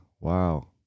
Wow